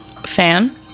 Fan